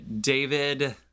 David